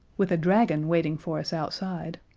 with a dragon waiting for us outside.